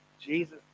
Jesus